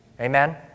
Amen